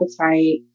appetite